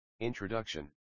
Introduction